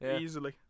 easily